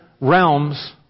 realms